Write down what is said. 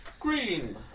Green